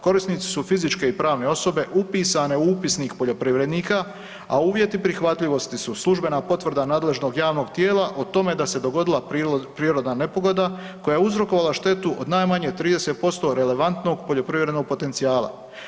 Korisnici su fizičke i pravne osobe upisane u Upisnik poljoprivrednika, a uvjeti prihvatljivosti su službena potvrda nadležnog javnog tijela o tome da se dogodila prirodna nepogoda koja je uzrokovala štetu od najmanje 30% relevantnog poljoprivrednog potencijala.